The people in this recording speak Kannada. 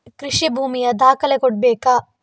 ಕೃಷಿ ಭೂಮಿಯ ದಾಖಲೆ ಕೊಡ್ಬೇಕಾ?